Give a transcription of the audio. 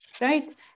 right